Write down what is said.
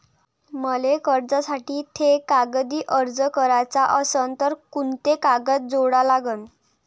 मले कर्जासाठी थे कागदी अर्ज कराचा असन तर कुंते कागद जोडा लागन?